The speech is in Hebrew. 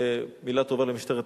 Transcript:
מלה טובה למשטרת ישראל.